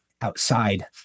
outside